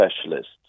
specialists